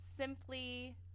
simply